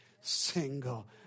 single